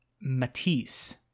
Matisse